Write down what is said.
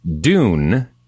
Dune